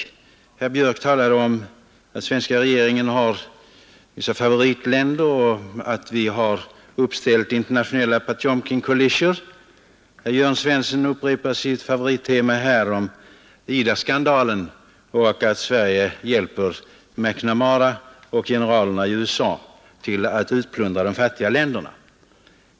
Herr Anders Björck talade om att svenska regeringen har vissa favoritländer och att vi har uppställt internationella potemkinkulisser. Herr Jörn Svensson upprepade sitt favorittema ”IDA-skandalen” och sade att Sverige hjälper McNamara och generalerna i USA att utplundra de fattiga länderna.